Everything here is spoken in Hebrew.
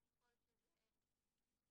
רק ככל שזה צילומים